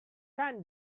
ten